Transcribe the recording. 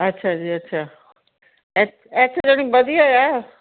ਅੱਛਾ ਜੀ ਅੱਛਾ ਇੱ ਇੱਥੇ ਜਾਣੀ ਵਧੀਆ ਆ